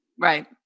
Right